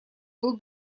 был